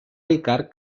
ricard